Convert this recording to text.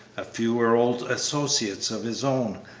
a few were old associates of his own,